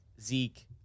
zeke